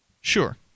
Sure